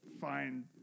find